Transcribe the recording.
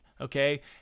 Okay